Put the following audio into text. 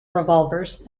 revolvers